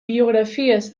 biografies